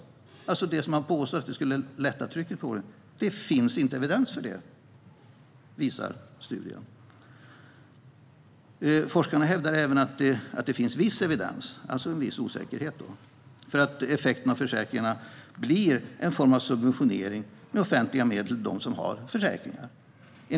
Enligt studierna finns det alltså inte evidens för att det skulle lätta trycket på vården, som man påstår. Forskarna hävdar även att det finns viss evidens, och alltså en viss osäkerhet, för att effekten av försäkringarna blir en form av subventionering med offentliga medel till dem som har försäkringar.